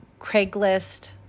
Craigslist